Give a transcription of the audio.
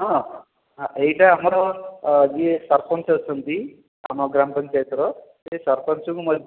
ହଁ ହଁ ଏଇଟା ଆମର ଯିଏ ସରପଞ୍ଚ ଅଛନ୍ତି ଆମ ଗ୍ରାମ ପଞ୍ଚାୟତର ସେ ସରପଞ୍ଚକୁ ମଧ୍ୟ